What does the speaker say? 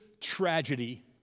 Tragedy